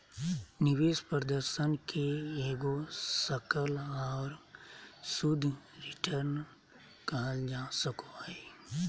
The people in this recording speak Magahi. निवेश प्रदर्शन के एगो सकल और शुद्ध रिटर्न कहल जा सको हय